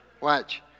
Watch